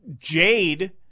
Jade